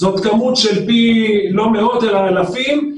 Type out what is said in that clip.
זאת כמות של פי לא מאות אלא אלפים.